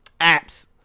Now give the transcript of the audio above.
apps